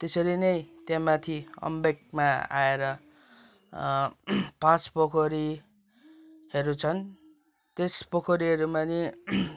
त्यसरी नै त्यहाँ माथि अम्बेकमा आएर पोखरीहरू छन् त्यस पोखरीहरूमा नि